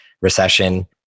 recession